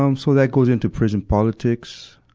um so that goes into prison politics,